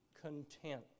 content